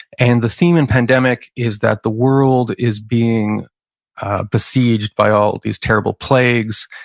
and the theme in pandemic is that the world is being besieged by all these terrible plagues,